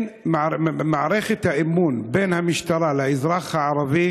מערכת האמון בין המשטרה לאזרח הערבי